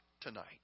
tonight